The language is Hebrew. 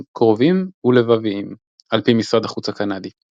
"קרובים ולבביים" על פי משרד החוץ הקנדי,